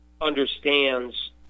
understands